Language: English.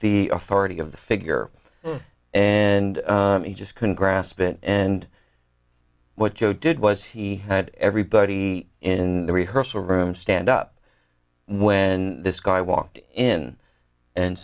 the authority of the figure and he just couldn't grasp it and what joe did was he had everybody in the rehearsal room stand up when this guy walked in and